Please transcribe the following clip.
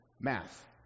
math